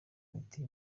imiti